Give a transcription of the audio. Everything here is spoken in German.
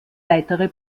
weitere